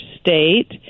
State